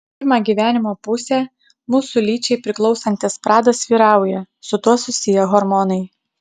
pirmą gyvenimo pusę mūsų lyčiai priklausantis pradas vyrauja su tuo susiję hormonai